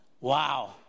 Wow